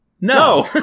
No